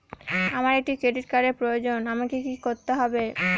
আমার একটি ক্রেডিট কার্ডের প্রয়োজন আমাকে কি করতে হবে?